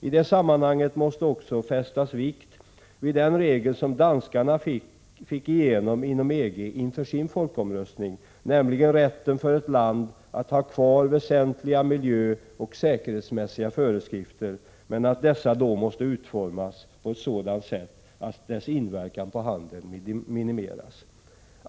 I det sammanhanget måste också fästas vikt vid den regel som danskarna fick igenom inom EG inför sin folkomröstning, nämligen rätten för ett land att ha kvar väsentliga miljöoch säkerhetsmässiga föreskrifter men att dessa då måste utformas på ett sådant sätt att deras inverkan på handeln minimeras.